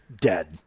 dead